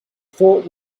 thought